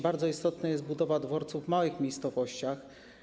Bardzo istotna jest budowa dworców w małych miejscowościach.